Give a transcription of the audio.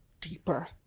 deeper